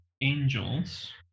angels